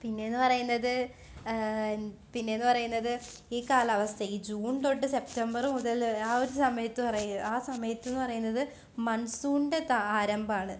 പിന്നെയെന്ന് പറയുന്നത് പിന്നെയെന്ന് പറയുന്നത് ഈ കാലാവസ്ഥ ഈ ജൂൺ തൊട്ട് സെപ്റ്റംബർ മുതല് ആ ആ സമയത്തെന്ന് പറയുന്നത് മൺസൂണിന്റെ ആരംഭമാണ്